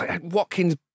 Watkins